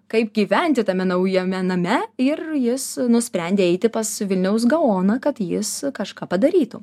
kaip gyventi tame naujame name ir jis nusprendė eiti pas vilniaus gaoną kad jis kažką padarytų